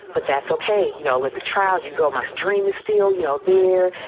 but that's ok. you know, olympic trials, you go, my dream is still, you know, there.